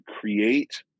create